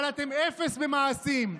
אבל אתם אפס במעשים,